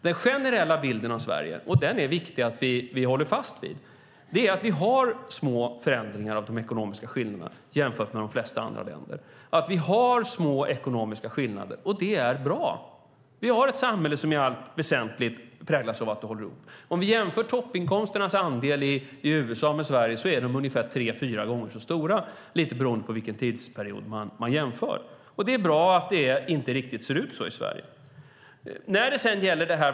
Den generella bilden av Sverige - och den är viktig att vi håller fast vid - är att vi har små förändringar av de ekonomiska skillnaderna jämfört med de flesta andra länder. Vi har små ekonomiska skillnader, och det är bra. Vi har ett samhälle som i allt väsentligt präglas av att vi håller ihop. Om vi jämför toppinkomsternas andel i USA med andelen i Sverige ser vi att den är ungefär tre fyra gånger så stor, lite grann beroende på vilken tidsperiod man jämför. Det är bra att det inte riktigt ser ut så i Sverige.